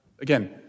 Again